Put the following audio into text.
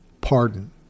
pardon